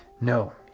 No